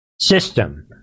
system